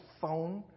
phone